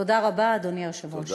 תודה רבה, אדוני היושב-ראש.